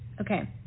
Okay